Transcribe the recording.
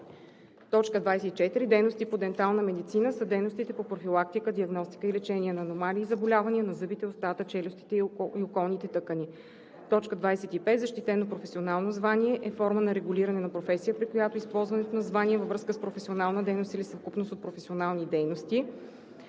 – 26: „24. „Дейности по дентална медицина“ са дейностите по профилактика, диагностика и лечение на аномалии и заболявания на зъбите, устата, челюстите и околните тъкани. 25. „Защитено професионално звание“ е форма на регулиране на професия, при която използването на звание във връзка с професионална дейност или съвкупност от професионални дейности